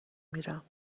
میرم